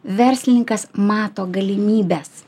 verslininkas mato galimybes